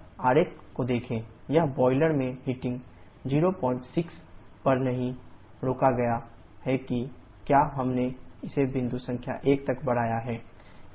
बस आरेख को देखें यहां बॉयलर में हीटिंग 06 पर नहीं रोका गया है कि क्या हमने इसे बिंदु संख्या 1 तक बढ़ाया है